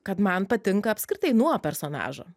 kad man patinka apskritai nuo personažo